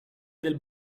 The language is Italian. del